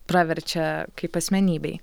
praverčia kaip asmenybei